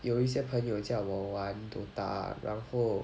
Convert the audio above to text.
有一些朋友叫我玩 DOTA 然后